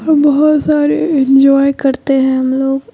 اور بہت سارے انجوائے کرتے ہیں ہم لوگ